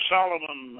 Solomon